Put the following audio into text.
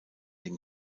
den